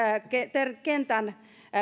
kentän